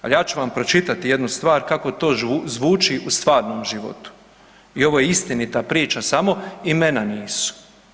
Ali, ja ću vam pročitati jednu stvar kako to zvuči u stvarnom životu i ovo je istinita priča, samo imena nisu.